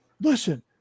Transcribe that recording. listen